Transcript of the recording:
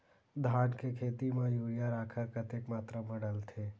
धान के खेती म यूरिया राखर कतेक मात्रा म डलथे?